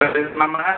சரி நம்ம